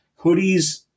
hoodies